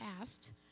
asked